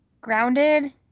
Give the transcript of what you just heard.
grounded